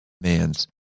man's